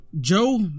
Joe